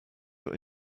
your